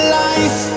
life